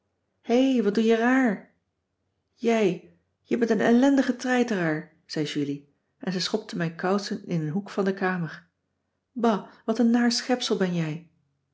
héé wat doe je raar jij jij bent een ellendige treiteraar zei julie en ze schopte mijn kousen in een hoek van de kamer ba wat een naar schepsel ben jij